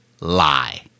lie